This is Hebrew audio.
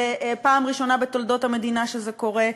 ופעם ראשונה בתולדות המדינה שזה קורה.